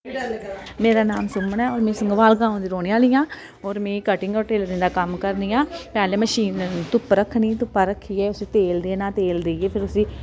मेरा नाऽ सुमन ऐ होर मैं संगवाल ग्रांऽ दी रौह्नी आह्ली आं होर मैं कटिंग होर टेलरिंग दा कम्म करनी आं पैह्ले मशीन धुप्पा रक्खनी धुप्पा रक्खियै उस्सी तेल देना तेल देइयै फिर उस्सी